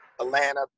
Atlanta